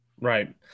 Right